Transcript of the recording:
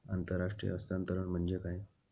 आंतरराष्ट्रीय हस्तांतरण म्हणजे काय?